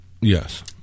Yes